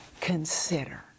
consider